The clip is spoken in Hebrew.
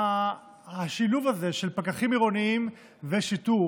השילוב הזה של פקחים עירוניים ושיטור